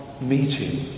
meeting